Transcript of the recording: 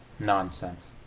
nonsense!